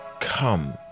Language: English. Come